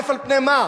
על פני מה?